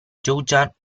georgia